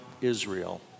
Israel